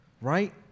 right